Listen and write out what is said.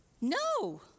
No